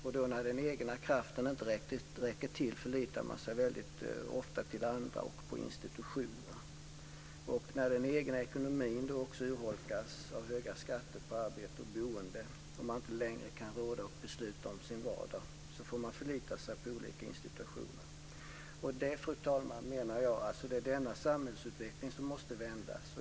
När den egna kraften inte räcker till förlitar man sig väldigt ofta på andra och på institutioner. När den egna ekonomin också urholkas av höga skatter på arbete och boende och när man inte längre kan råda över besluten om sin vardag så får man förlita sig på olika institutioner. Dessutom menar jag att det är denna samhällsutveckling som måste vändas.